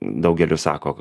daugeliu sako